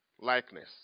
likeness